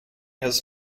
has